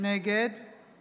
נגד